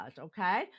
okay